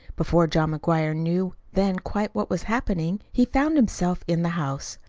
before john mcguire knew then quite what was happening, he found himself in the house.